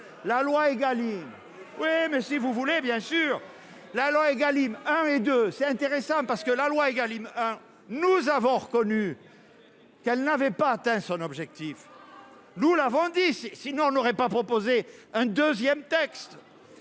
la loi Egalim oui mais si vous voulez bien sûr la loi Egalim 1 et 2 c'est intéressant parce que la loi Egalim, hein nous avons reconnu qu'elle n'avait pas atteint son objectif, nous l'avons dit sinon on n'aurait pas proposé un 2ème texte